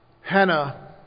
Hannah